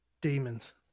demons